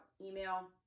email